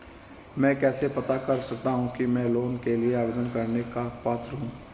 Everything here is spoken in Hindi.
मैं कैसे पता कर सकता हूँ कि मैं लोन के लिए आवेदन करने का पात्र हूँ?